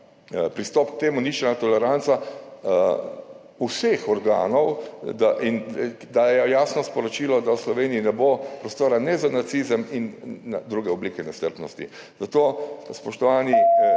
pristop k temu ničelna toleranca vseh organov, da je jasno sporočilo, da v Sloveniji ne bo prostora ne za nacizem ne za druge oblike nestrpnosti. Zato, spoštovani